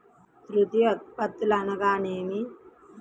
ద్వితీయ ఉత్పత్తులు అనగా నేమి?